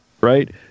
Right